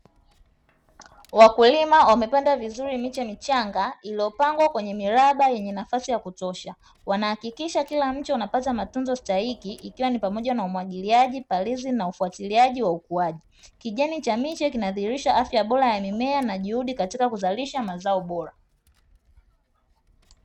Wakulima wamepanda vizuri miche mchanga, iliyopangwa kwenye miraba yenye nafasi ya kutosha, wanahakikisha kila mche unapata mafunzo stahiki ikiwa ni pamoja na umwagiliaji, palizi na ufuatiliaji wa ukuaji, kijani cha miche kinadhihirisha afya bora ya mimea na juhudi katika kuzalishia mazao bora.